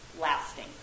lasting